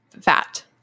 fat